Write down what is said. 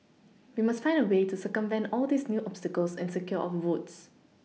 we must find a way to circumvent all these new obstacles and secure our votes